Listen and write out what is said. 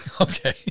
Okay